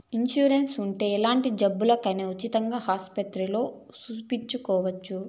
insurance ఉంటే ఎలాంటి జబ్బుకైనా ఉచితంగా ఆస్పత్రుల్లో సూపించుకోవచ్చు